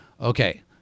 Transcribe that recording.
okay